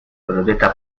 protesta